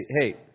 Hey